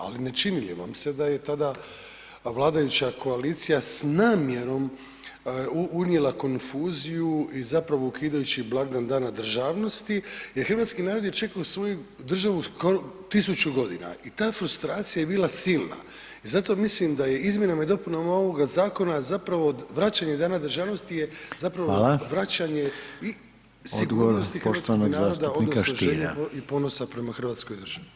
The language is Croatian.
Ali ne čini li vam se da je tada vladajuća koalicija s namjernom unijela konfuziju i zapravo ukidajući blagdan Dana državnosti jer hrvatski narod je čekao svoju državu skoro 1000 godina i ta frustracija je bila silna i zato mislim da je izmjenama i dopunama ovog zakona zapravo odvraćanje od Dana državnosti je zapravo [[Upadica: Hvala.]] vraćanje i sigurnosti hrvatskog naroda odnosno želja i ponosa prema hrvatskoj državi.